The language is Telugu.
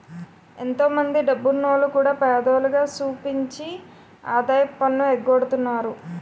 ఎంతో మందో డబ్బున్నోల్లు కూడా పేదోల్లుగా సూపించి ఆదాయపు పన్ను ఎగ్గొడతన్నారు